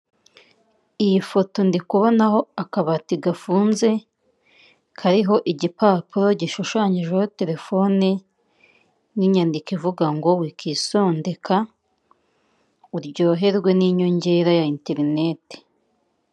Iyi foto ndikubonaho akabati gafunze kariho igipapuro gishushanyijeho telefone n'inyandiko ivuga ngo wikisondeka uryoherwe n'inyongera ya interineti.